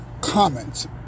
comments